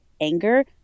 anger